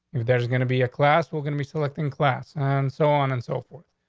if there's gonna be a class, we're gonna be selecting class and so on and so forth.